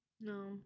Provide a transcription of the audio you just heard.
No